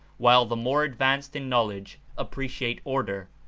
while the more advanced in knowledge appreciate order,